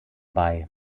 bei